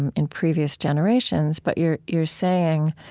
and in previous generations. but you're you're saying